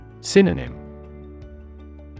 Synonym